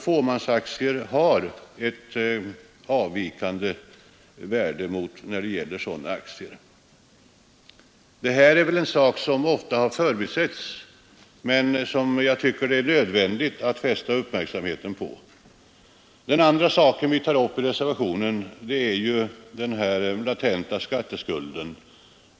Fåmansaktier har ett avvikande värde i jämförelse med börsnoterade aktier. Det här är väl en sak som ofta har förbisetts, men som jag tycker det är nödvändigt att fästa uppmärksamheten på. Den andra sak vi tar upp i reservationen är den latenta skatteskulden.